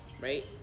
right